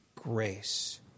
grace